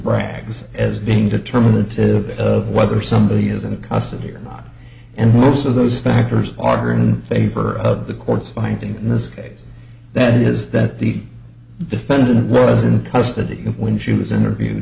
bragg's as being determinative of whether somebody is in custody or not and most of those factors are in favor of the court's finding in this case that is that the defendant was in custody when she was interviewed